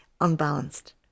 unbalanced